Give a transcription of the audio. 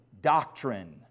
doctrine